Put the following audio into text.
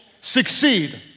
succeed